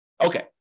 Okay